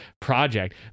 project